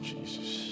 Jesus